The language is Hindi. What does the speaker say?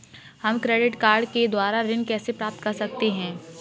हम क्रेडिट कार्ड के द्वारा ऋण कैसे प्राप्त कर सकते हैं?